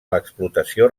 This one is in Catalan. l’explotació